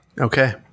Okay